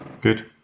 Good